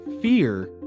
fear